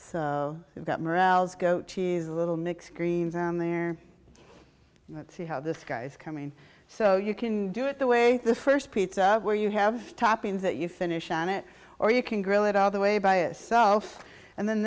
you've got morales goat cheese a little mixed greens in there see how this guy's coming so you can do it the way the first pizza where you have toppings that you finish on it or you can grill it all the way by itself and then